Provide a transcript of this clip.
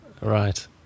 right